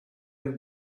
have